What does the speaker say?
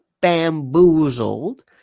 bamboozled